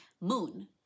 moon